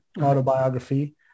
autobiography